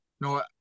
no